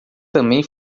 também